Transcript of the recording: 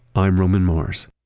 i'm roman mars.